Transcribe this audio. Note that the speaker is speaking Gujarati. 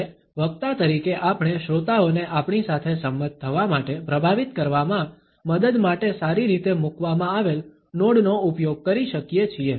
અને વક્તા તરીકે આપણે શ્રોતાઓને આપણી સાથે સંમત થવા માટે પ્રભાવિત કરવામાં મદદ માટે સારી રીતે મૂકવામાં આવેલ નોડનો ઉપયોગ કરી શકીએ છીએ